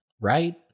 right